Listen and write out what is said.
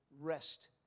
rest